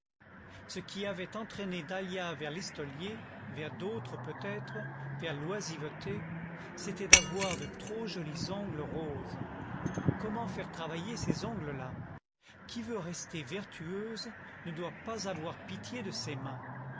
ce qui avait entraîné dahlia vers listolier vers d'autres peut-être vers l'oisiveté c'était d'avoir de trop jolis ongles roses comment faire travailler ces ongles là qui veut rester vertueuse ne doit pas avoir pitié de ses mains